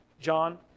John